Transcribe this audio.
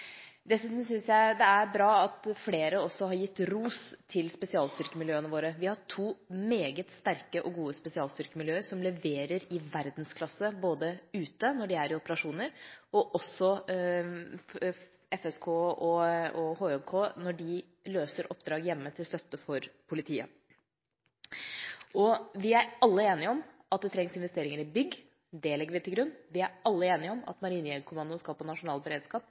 Dessuten syns jeg det er bra at flere også har gitt ros til spesialstyrkemiljøene våre. Vi har to meget sterke og gode spesialstyrkemiljøer som leverer i verdensklasse både ute – når de er i operasjoner – og også FSK/HJK når de løser oppdrag hjemme til støtte for politiet. Vi er alle enige om at det trengs investeringer i bygg, og at Marinejegerkommandoen skal på nasjonal beredskap – det legger vi til grunn. Det spørsmålet vi har stilt oss, er om